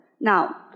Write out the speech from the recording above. Now